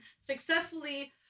successfully